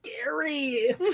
scary